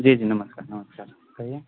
जी जी नमस्कार नमस्कार कहिऔ